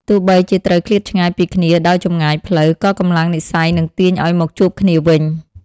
ទោះបីជាត្រូវឃ្លាតឆ្ងាយពីគ្នាដោយចម្ងាយផ្លូវ ក៏កម្លាំងនិស្ស័យនឹងទាញឱ្យមកជួបគ្នាវិញ។